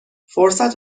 فرصت